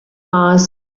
mars